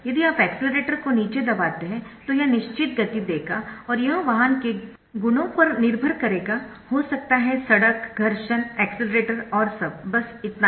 यदि आप एक्सेलरेटर को नीचे दबाते है तो यह निश्चित गति देगा और यह वाहन के गुणों पर निर्भर करेगा हो सकता है सड़क घर्षण एक्सेलरेटर और सब बस इतना ही